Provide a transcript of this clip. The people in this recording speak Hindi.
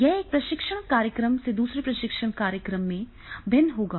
यह एक प्रशिक्षण कार्यक्रम से दूसरे प्रशिक्षण कार्यक्रम में भिन्न होगा